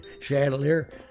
chandelier